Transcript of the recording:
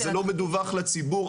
זה לא מדווח לציבור,